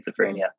schizophrenia